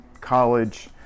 college